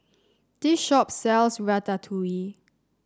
this shop sells ratatouille